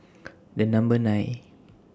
The Number nine